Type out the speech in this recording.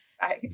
Bye